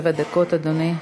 שבע דקות, אדוני.